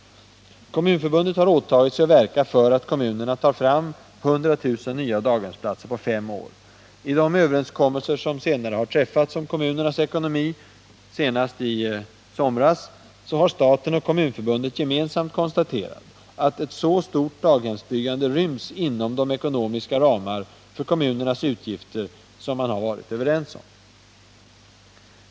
Kommunförbundet har åtagit sig att verka för att kommunerna tar fram 100 000 nya daghemsplatser på fem år. I de överenskommelser som senare har träffats om kommunernas ekonomi — senast i somras — har staten och Kommunförbundet gemensamt konstaterat att ett så stort daghemsbyggande ryms inom de ekonomiska ramar för kommunernas utgifter som man har varit överens om.